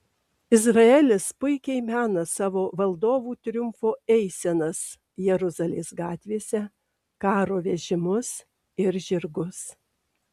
izraelis puikiai mena savo valdovų triumfo eisenas jeruzalės gatvėse karo vežimus ir žirgus